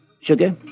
Sugar